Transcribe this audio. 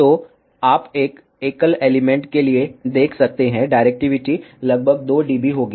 तो आप एक एकल एलिमेंट के लिए देख सकते हैं डायरेक्टिविटी लगभग 2 डीबी होगी